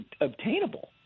obtainable